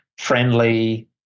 friendly